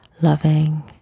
loving